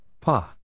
Pa